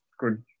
good